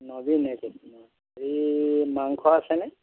এই মাংস আছেনে